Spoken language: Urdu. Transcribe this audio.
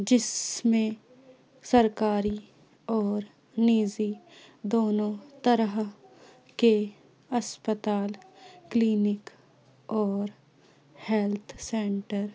جس میں سرکاری اور نجی دونوں طرح کے اسپتال کلینک اور ہیلتھ سینٹر